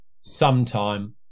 sometime